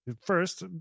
first